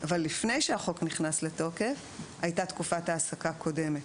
אבל לפני שהחוק נכנס לתוקף הייתה תקופת העסקה קודמת.